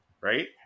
right